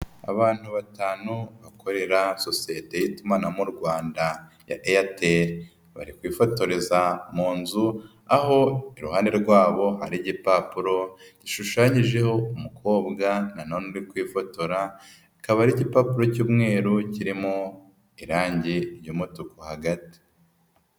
Abantu batanu bakorera sosiyete y'itumanaho mu Rwanda ya Airtel, bari kwifotoreza mu nzu aho iruhande rwabo hari igipapuro gishushanyijeho umukobwa nanone uri kwifotora akaba ari igipapuro cy'umweru kirimo irangi ry'umutuku hagati.